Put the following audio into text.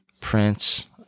prince